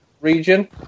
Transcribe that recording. region